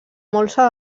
molsa